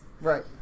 Right